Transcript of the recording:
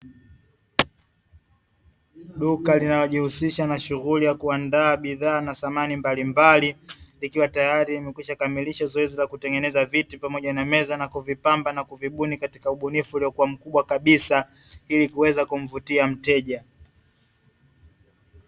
Duka linalojihusisha na shughuli ya kuandaa bidhaa na samani mbalimbali, likiwa tayari limekwishakamilisha zoezi la kutengeneza viti pamoja na meza, na kuvipamba na kuvibuni katika ubunifu uliokuwa mkubwa kabisa, ili kuweza kumvutia mteja.